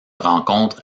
rencontre